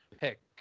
pick